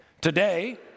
Today